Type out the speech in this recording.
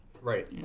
Right